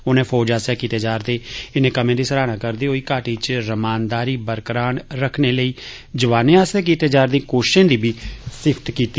उनें फौज आसेआ कीते जा'रदे इनें कम्में दी सराह्ना करदे होई घाटी च रमानदारी बरकरार रक्खने लेई जवानें आसेआ कीती जा'रदी कोशशें दी बी सिफ्त कीती